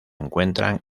encuentran